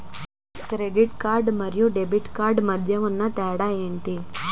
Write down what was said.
Credit card మరియు debit card మధ్య తేడా ఎంటి?